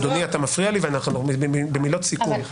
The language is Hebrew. אדוני, אתה מפריע לי, ואנחנו במילות סיכום.